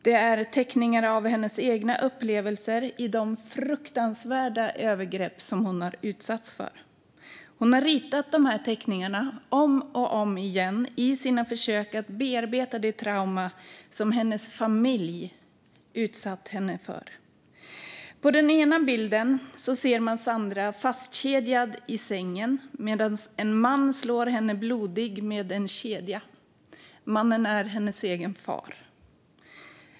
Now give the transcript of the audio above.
Det är teckningar av hennes egna upplevelser i de fruktansvärda övergrepp hon har utsatts för. Hon har ritat dessa teckningar om och om igen i sina försök att bearbeta det trauma som hennes familj utsatt henne för. På den ena bilden ser man Sandra fastkedjad i sängen medan en man slår henne blodig med en kedja. Mannen är hennes egen far.